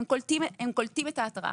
והם קולטים את ההתרעה.